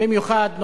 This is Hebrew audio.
במיוחד